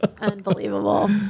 Unbelievable